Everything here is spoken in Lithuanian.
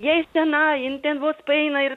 jai sena jin ten vos paeina ir